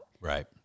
Right